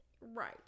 right